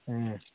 ꯎꯝ